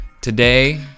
Today